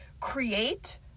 create